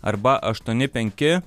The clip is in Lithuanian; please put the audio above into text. arba aštuoni penki